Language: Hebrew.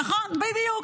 נכון, בדיוק.